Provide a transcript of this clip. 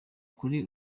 kuri